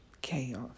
Chaos